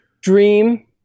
dream